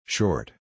Short